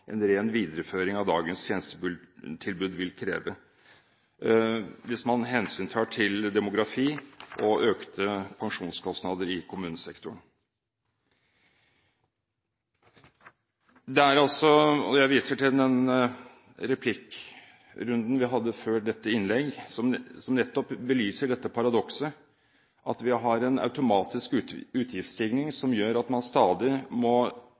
en ren videreføring av dagens tjenestetilbud vil kreve, hvis man hensyntar demografi og økte pensjonskostnader i kommunesektoren. Og jeg viser til den replikkrunden vi hadde før dette innlegg, som nettopp belyser dette paradokset at vi har en automatisk utgiftsstigning, som gjør at man stadig må